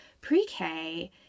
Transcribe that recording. pre-K